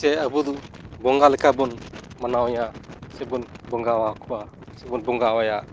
ᱥᱮ ᱟᱵᱚᱫᱚ ᱵᱚᱸᱜᱟ ᱞᱮᱠᱟᱵᱚᱱ ᱢᱟᱱᱟᱣᱮᱭᱟ ᱥᱮ ᱵᱚᱱ ᱵᱚᱸᱜᱟᱣᱟᱠᱚᱣᱟ ᱥᱮ ᱵᱚᱱ ᱵᱚᱸᱜᱟᱣᱟᱭᱟ